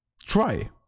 try